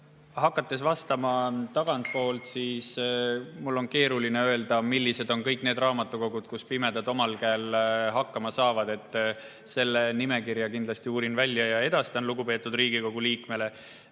Hakkan vastama tagantpoolt: mul on keeruline öelda, millised on kõik need raamatukogud, kus pimedad omal käel hakkama saavad. Selle nimekirja uurin kindlasti välja ja edastan lugupeetud Riigikogu liikmele.